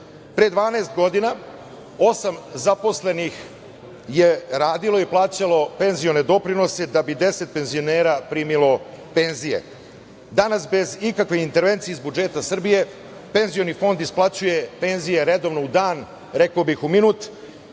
Pre 12 godina osam zaposlenih je radilo i plaćalo penzione doprinose da bi 10 penzionera primilo penzije. Danas bez ikakve intervencije iz budžeta Srbije penzioni fond isplaćuje penzije redovno u dan, rekao bih u minut,